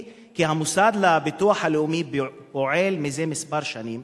כי המוסד לביטוח לאומי פועל זה כמה שנים